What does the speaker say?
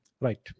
Right